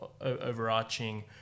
overarching